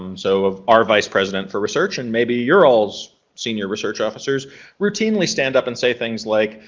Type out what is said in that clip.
um so of our vice president for research and maybe your all's senior research officers routinely stand up and say things like,